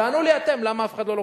תענו לי אתם למה אף אחד לא לוקח.